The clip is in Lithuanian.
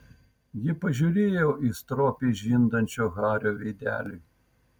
ji pažiūrėjo į stropiai žindančio hario veidelį